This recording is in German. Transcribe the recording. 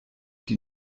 die